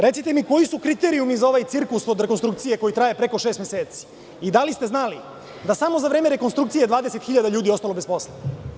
Recite mi koji su kriterijumi za ovaj cirkus od rekonstrukcije koji traje preko šest meseci i da li ste znali da samo za vreme rekonstrukcije je 20.000 ljudi ostalo bez posla?